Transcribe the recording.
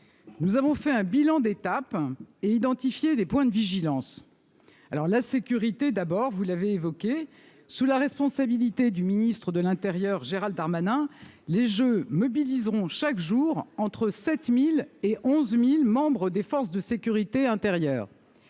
Nous avons réalisé un bilan d'étape et identifié des points de vigilance. Le premier, vous l'avez évoqué, est la sécurité. Sous la responsabilité du ministre de l'intérieur, Gérald Darmanin, les jeux mobiliseront chaque jour entre 7 000 et 11 000 membres des forces de sécurité intérieure.